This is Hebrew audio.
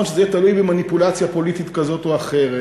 שזה יהיה תלוי במניפולציה פוליטית כזאת או אחרת,